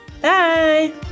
Bye